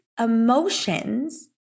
emotions